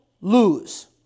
lose